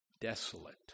desolate